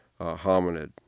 hominid